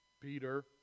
Peter